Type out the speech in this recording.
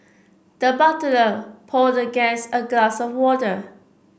the butler poured the guest a glass of water